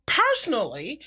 personally